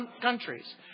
countries